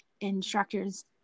instructors